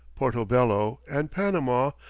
porto-bello, and panama,